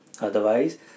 Otherwise